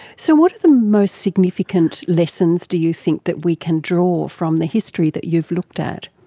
so what are the most significant lessons, do you think, that we can draw from the history that you've looked at?